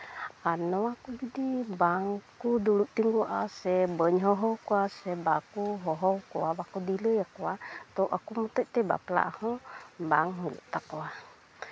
ᱟᱨ ᱱᱚᱣᱟ ᱠᱚ ᱡᱩᱫᱤ ᱵᱟᱝ ᱠᱚ ᱫᱩᱲᱩᱵ ᱛᱤᱸᱜᱩ ᱟᱜᱼᱟ ᱥᱮ ᱵᱟᱹᱧ ᱦᱚᱦᱚ ᱠᱚᱣᱟ ᱥᱮ ᱵᱟᱠᱚ ᱦᱚᱦᱚ ᱠᱚᱣᱟ ᱵᱟᱠᱚ ᱫᱤᱞᱟᱹᱭ ᱟᱠᱚᱣᱟ ᱛᱳ ᱟᱠᱚ ᱢᱚᱛᱮᱡ ᱛᱮ ᱵᱟᱯᱞᱟᱜ ᱦᱚᱸ ᱵᱟᱝ ᱦᱩᱭᱩᱜ ᱛᱟᱠᱚᱣᱟ